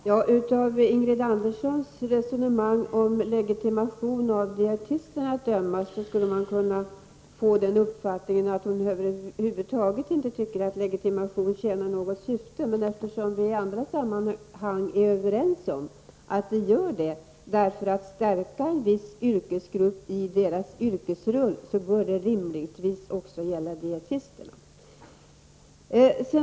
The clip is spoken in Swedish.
Herr talman! Av Ingrid Anderssons resonemang om legitimation för dietisterna skulle man kunna få den uppfattningen att hon inte tycker att legitimationen tjänar något syfte över huvud taget. Men eftersom vi i andra sammanhang är överens om att det tjänar ett syfte för att kunna stärka en viss yrkesgrupp i dess yrkesroll, bör detta rimligtvis också gälla dietisterna.